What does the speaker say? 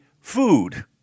food